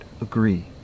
agree